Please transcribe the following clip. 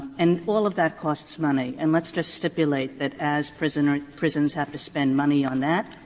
and all of that costs money, and let's just stipulate that as prisoner prisons have to spend money on that,